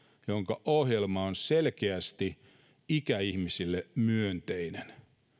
jonka ohjelma on selkeästi ikäihmisille myönteinen